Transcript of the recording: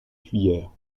cuillère